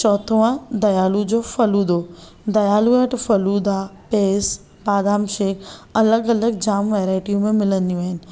चौथो आहे दयाल जो फलूदो दयाल वठ फलूदा पेस बादाम शेक अलॻि अलॻि जाम वैरायटियूं में मिलंदियूं आहिनि